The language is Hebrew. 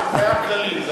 זה היה כללי.